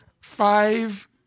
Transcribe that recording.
five